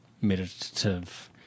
meditative